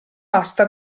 asta